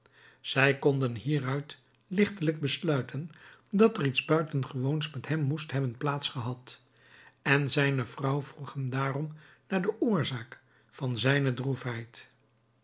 zij konden hieruit ligtelijk besluiten dat er iets buitengewoons met hem moest hebben plaats gehad en zijne vrouw vroeg hem daarom naar de oorzaak van zijne